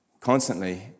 constantly